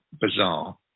bizarre